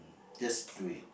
just do it